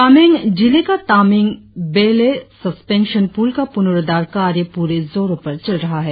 कांमेंग जिले का Tamin Bailey suspension पुल का पुनुरुद्वार कार्य पूरे जोरो पर चल रहा है